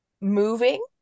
moving